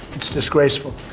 it's disgraceful.